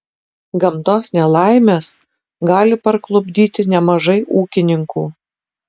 gamtos nelaimės gali parklupdyti nemažai ūkininkų